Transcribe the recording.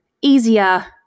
easier